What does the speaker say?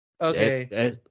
Okay